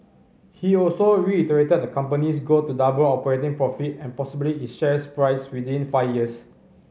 he also reiterated the company's goal to double operating profit and possibly its share price within five years